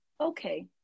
okay